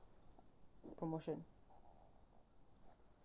promotion